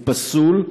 הוא פסול,